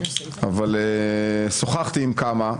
אבל שוחחתי עם כמה,